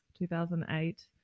2008